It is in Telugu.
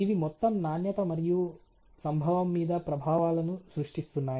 ఇవి మొత్తం నాణ్యత మరియు సంభవం మీద ప్రభావాలను సృష్టిస్తున్నాయి